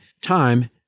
time